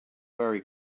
very